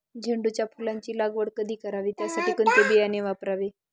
झेंडूच्या फुलांची लागवड कधी करावी? त्यासाठी कोणते बियाणे वापरावे?